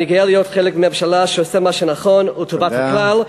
אני גאה להיות חלק מממשלה שעושה משהו נכון ולטובת הכלל.